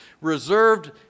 reserved